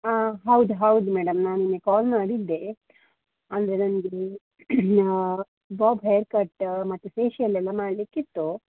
ಹಾ ಹೌದು ಹೌದು ಮೇಡಮ್ ನಾನು ನಿನ್ನೆ ಕಾಲ್ ಮಾಡಿದ್ದೆ ಅಂದರೆ ನನಗೆ ಬಾಬ್ ಹೇರ್ಕಟ್ ಮತ್ತು ಫೇಶಿಯಲ್ ಎಲ್ಲ ಮಾಡಲಿಕ್ಕಿತ್ತು